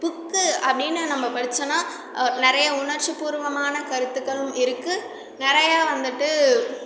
book அப்படினு நம்ம படிச்சோன்னா நிறையா உணர்ச்சிப் பூர்வமான கருத்துக்களும் இருக்கு நிறையா வந்துவிட்டு